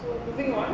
so moving on